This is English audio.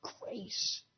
Grace